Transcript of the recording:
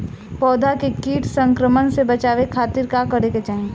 पौधा के कीट संक्रमण से बचावे खातिर का करे के चाहीं?